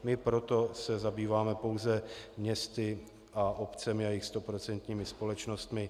My se proto zabýváme pouze městy a obcemi a jejich stoprocentními společnostmi.